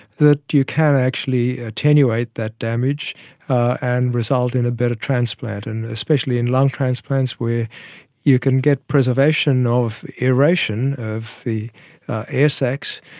that you can actually attenuate that damage and result in a better transplant. and especially in lung transplants where you can get preservation of aeration, of the air sacs,